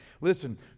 Listen